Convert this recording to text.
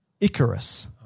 Icarus